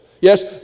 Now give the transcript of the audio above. Yes